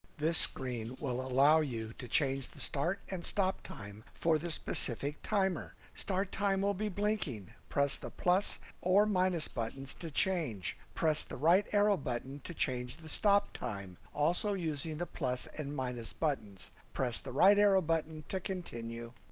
this screen will allow you to change the start and stop time for the specific timer. start time all the blinking press the plus or minus buttons to change. press the right arrow button to change the stop time. also using the plus and minus buttons. press the right arrow button to continue.